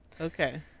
Okay